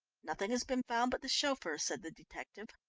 nothing has been found but the chauffeur, said the detective.